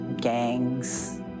gangs